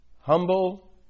humble